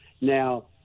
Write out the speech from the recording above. now